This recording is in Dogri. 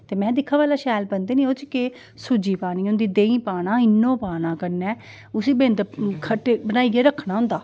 महैं दिक्खां भला शैल बनदे निं ओह्दे च केह् सूजी पानी होंदी देहीं पाना इन्ना पाना कन्नै उसी बिंद खट्टे बनाइयै रक्खना होंदा